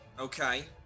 Okay